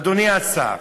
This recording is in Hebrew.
אדוני השר.